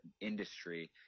industry